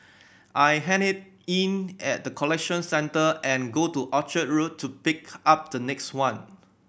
I hand it in at the collection centre and go to Orchard Road to pick up the next one